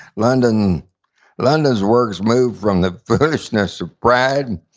london's and london's work's moved from the foolishness of pride,